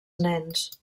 nens